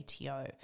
ATO